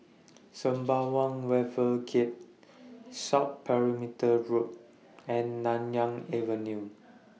Sembawang Wharves Gate South Perimeter Road and Nanyang Avenue